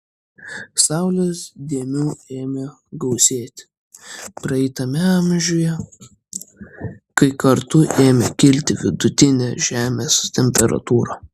saulės dėmių ėmė gausėti praeitame amžiuje kai kartu ėmė kilti vidutinė žemės temperatūra